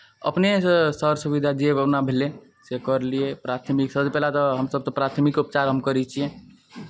अपनेसँ सर सुविधा जे हमरा भेलै से करलियै प्राथमिक सभसँ पहिला तऽ हमसभ तऽ प्राथमिक उपचार हम करै छियै